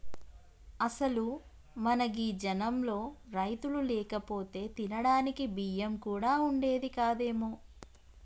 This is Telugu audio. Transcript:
అసలు మన గీ జనంలో రైతులు లేకపోతే తినడానికి బియ్యం కూడా వుండేది కాదేమో